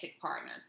partners